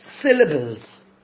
syllables